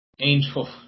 Angel